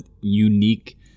unique